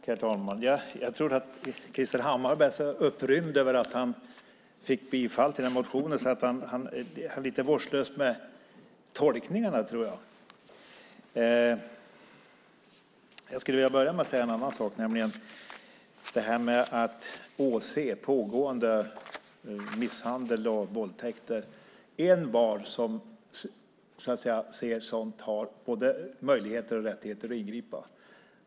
Herr talman! Jag tror att Krister Hammarbergh är så upprymd över att han kommer att få sin motion bifallen att han är lite vårdslös med tolkningarna. I fråga om att åse pågående misshandel eller våldtäkt har envar som ser sådant både möjligheter och rättigheter att ingripa.